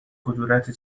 کدورتی